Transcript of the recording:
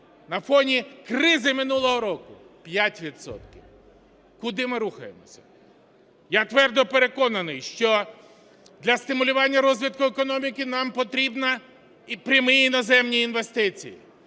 на фоні кризи минулого року? 5 відсотків. Куди ми рухаємося? Я твердо переконаний, що для стимулювання розвитку економіки нам потрібні прямі іноземні інвестиції.